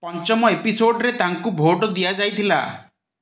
ପଞ୍ଚମ ଏପିସୋଡ଼ରେ ତାଙ୍କୁ ଭୋଟ୍ ଦିଆଯାଇଥିଲା